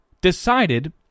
decided